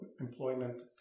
employment